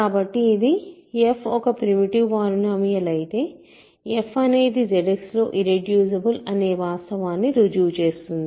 కాబట్టి ఇది f ఒక ప్రిమిటివ్ పాలినోమియల్ అయితే f అనేది ZX లో ఇర్రెడ్యూసిబుల్ అనే వాస్తవాన్ని రుజువు చేస్తుంది